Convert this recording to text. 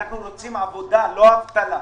אנחנו רוצים עבודה ולא אבטלה.